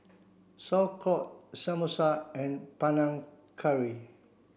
Sauerkraut Samosa and Panang Curry